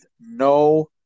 no